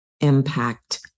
impact